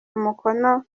umukono